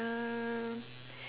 a